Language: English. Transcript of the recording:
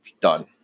done